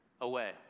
away